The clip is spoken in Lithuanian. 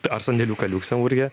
ar sandėliuką liuksemburge